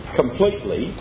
completely